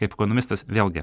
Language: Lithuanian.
kaip ekonomistas vėlgi